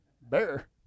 Bear